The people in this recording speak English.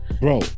bro